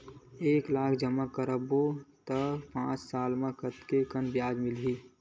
एक लाख जमा करबो त पांच साल म कतेकन ब्याज मिलही?